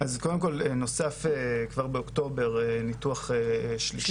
אז קודם כל נוסף גם באוקטובר ניתוח שלישי